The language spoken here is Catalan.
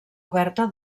oberta